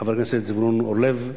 חבר הכנסת זבולון אורלב,